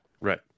Right